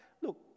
Look